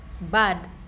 bad